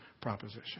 proposition